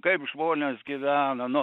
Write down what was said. kaip žmonės gyvena nu